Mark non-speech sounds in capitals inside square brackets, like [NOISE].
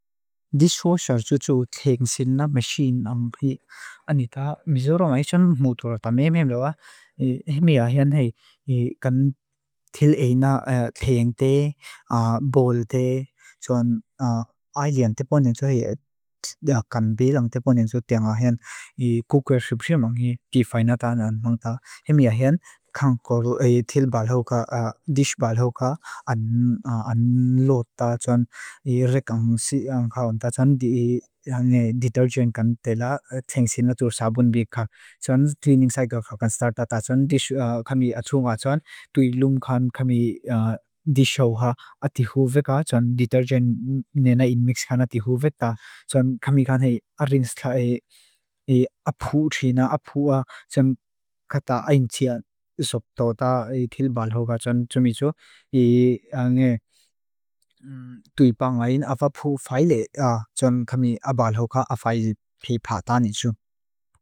Dishwasher tsú tsú tlhéng sin na machine an pri anita. Mizoromai tsan muturata. Meam meam lawa. Hemi a hian hei kan tlhéna tlhéng te, bol te, tsuan ailean te ponen tsú hei kan bilang te ponen tsú tlhéng a hian. I kukwé shibshimang i kifaynata nan mangta. Hemi a hian khangkoru e tlhél balhóka, dish balhóka an [HESITATION] lota. Tsuan rekanghónká onta tsan [HESITATION] ditérgén kan tlhéla tslhéng sin na tsú sabun bíkák. Tsun tlíníng saikák hakan startata tsan. Kámi atunga tsan tuilum kan kámi dishaw ha atihúveka tsan ditérgén né na inmix kan atihúveka tsan. Kámi kan hei arinsla e apú tlhéna apú a tsan kata aintia soptó. Tlhél balhóka tsan tsumitsó. I ángé [HESITATION] tuipa ángá yín áfapú faile tsan kámi balhóka áfail pípá tánitsó.